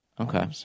Okay